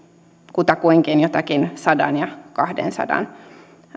kutakuinkin jotakin sadan ja kahdensadan